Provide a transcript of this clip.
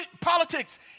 politics